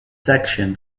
section